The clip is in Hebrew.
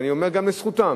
ואני אומר גם לזכותם,